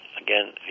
again